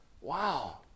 wow